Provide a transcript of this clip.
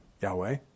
Yahweh